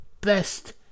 best